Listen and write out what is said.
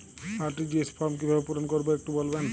RTGS form কিভাবে পূরণ করবো একটু বলবেন?